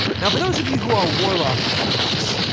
now for those of you who are warlock-curious,